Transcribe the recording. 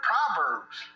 Proverbs